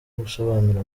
gusobanura